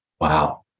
Wow